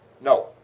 No